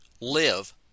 live